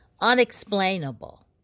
Unexplainable